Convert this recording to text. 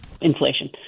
inflation